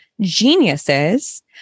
geniuses